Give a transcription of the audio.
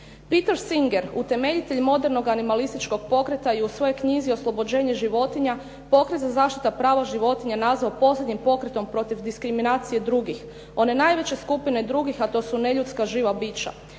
Peter Singer utemeljitelj modernog animalističkog pokreta i u svojoj knjizi "Oslobođenje životinja", pokret za zaštitu prava životinja nazvao posljednjim pokretom protiv diskriminacije drugi one najveće skupine drugih a to su neljudska živa bića.